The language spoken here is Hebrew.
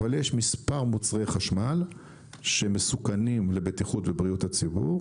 אבל יש מספר מוצרי חשמל שהם מסוכנים לבטיחות ובריאות הציבור,